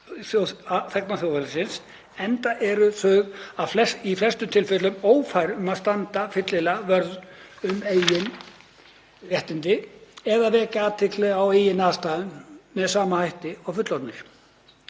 þegna þjóðfélagsins, enda eru þau í flestum tilvikum ófær um að standa fyllilega vörð um eigin réttindi eða vekja athygli á eigin aðstæðum með sama hætti og fullorðnir.